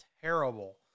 terrible